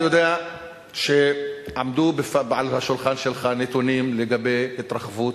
אני יודע שעמדו על השולחן שלך נתונים לגבי התרחבות